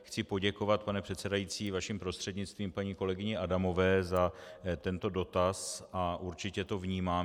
Chci poděkovat, pane předsedající, vaším prostřednictvím paní kolegyni Adamové za tento dotaz a určitě to vnímám.